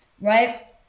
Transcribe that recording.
right